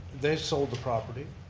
they sold the property.